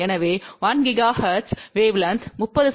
எனவே 1 gigahertz wavelength 30 செ